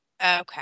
Okay